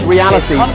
Reality